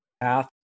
path